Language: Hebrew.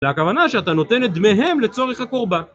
זה הכוונה שאתה נותן את דמיהם לצורך הקורבן